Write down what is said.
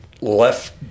left